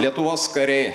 lietuvos kariai